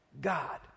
God